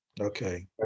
okay